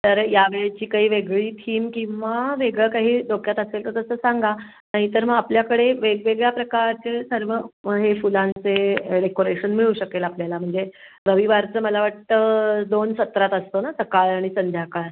तर यावेळेची काही वेगळी थीम किंवा वेगळं काही डोक्यात असेल तर तसं सांगा नाहीतर मग आपल्याकडे वेगवेगळ्या प्रकारचे सर्व हे फुलांचे डेकोरेशन मिळू शकेल आपल्याला म्हणजे रविवारचं मला वाटतं दोन सत्रात असतो ना सकाळ आणि संध्याकाळ